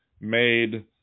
made